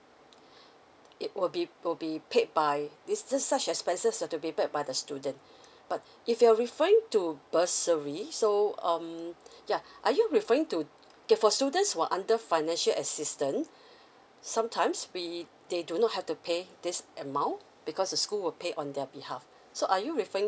it will be will be paid by this this such expenses are to be paid by the student but if you're referring to bursary so um ya are you referring to okay for students who are under financial assistance sometimes we they do not have to pay this amount because the school will pay on their behalf so are you referring